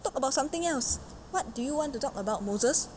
talk about something else what do you want to talk about moses